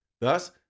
Thus